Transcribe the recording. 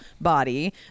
body